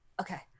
okay